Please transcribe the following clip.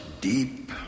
deep